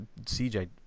CJ